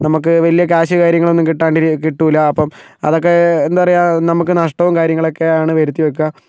നമ്മൾക്ക് വലിയ കാശ് കാര്യങ്ങളൊന്നും കിട്ടാണ്ടിരി കിട്ടില്ല അപ്പം അതൊക്കെ എന്താ പറയുക നമ്മൾക്ക് നഷ്ടവും കാര്യങ്ങളൊക്കെയാണ് വരുത്തിവെക്കുക